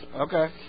Okay